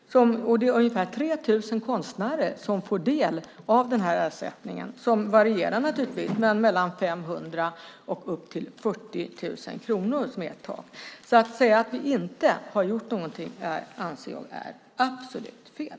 Det är ungefär 3 000 konstnärer som får del av den här ersättningen, som naturligtvis varierar mellan 500 och upp till 40 000 kronor, som är ett tak. Men att säga att vi inte har gjort någonting anser jag är absolut fel.